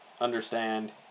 understand